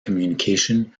communication